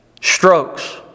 strokes